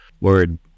word